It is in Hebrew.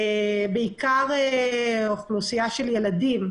בעיקר אוכלוסייה של ילדים,